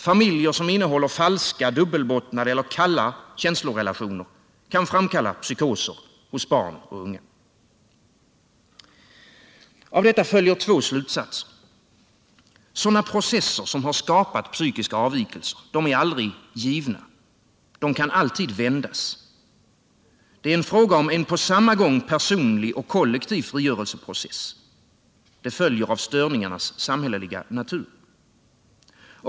Familjer som innehåller falska, dubbelbottnade eller kalla känslorelationer kan framkalla psykoser hos barn och unga. Av detta följer två slutsatser. För det första: Sådana processer som har skapat psykiska avvikelser är aldrig givna. De kan alltid vändas. Det är en fråga om en på samma gång personlig och kollektiv frigörelseprocess — det följer av störningarnas samhälleliga natur.